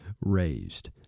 raised